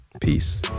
Peace